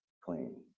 clean